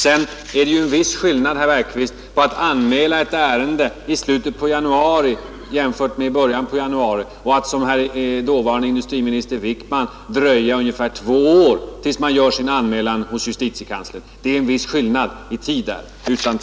Sedan är det ju en viss skillnad, herr Bergqvist, på att anmäla ett ärende i slutet på januari, jämfört med i början på januari, och att — som dåvarande industriministern Wickman — dröja ungefär två år tills man gör sin anmälan hos justitiekanslern. Det är utan tvivel en viss skillnad i tid därvidlag.